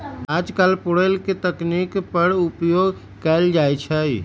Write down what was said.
याजकाल पेरोल के तकनीक पर उपयोग कएल जाइ छइ